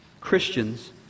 Christians